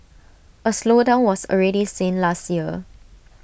A slowdown was already seen last year